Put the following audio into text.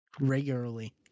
regularly